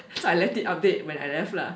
cause I left it update when I left lah